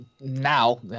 now